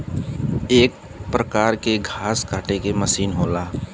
एक परकार के घास काटे के मसीन होला